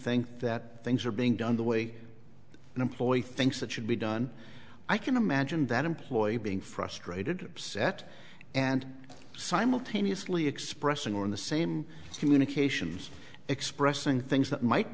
think that things are being done the way an employee thinks it should be done i can imagine that employee being frustrated set and simultaneously expressing or in the same communications expressing things that might